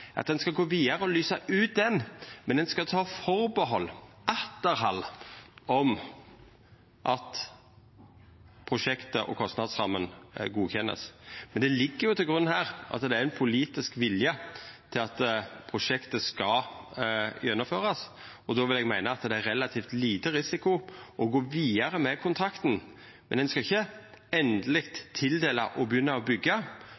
lysa ut den, men ein skal ta atterhald om at prosjektet og kostnadsramma vert godkjende. Det ligg jo til grunn her at det er ein politisk vilje til at prosjektet skal gjennomførast, og då vil eg meina at det er relativt liten risiko å gå vidare med kontrakten, men ein skal ikkje